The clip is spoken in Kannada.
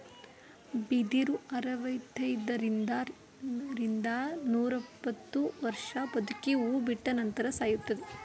ಬಿದಿರು ಅರವೃತೈದರಿಂದ ರಿಂದ ನೂರಿಪ್ಪತ್ತು ವರ್ಷ ಬದುಕಿ ಹೂ ಬಿಟ್ಟ ನಂತರ ಸಾಯುತ್ತದೆ